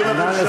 אני אומר לכם,